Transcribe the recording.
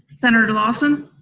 senator lawson?